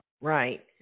right